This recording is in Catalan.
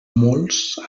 molts